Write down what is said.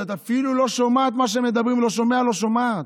שאת אפילו לא שומעת מה שמדברים, לא שומע-לא שומעת.